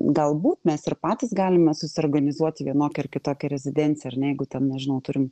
galbūt mes ir patys galime susiorganizuoti vienokią ar kitokią rezidenciją ar ne jeigu ten nežinau turim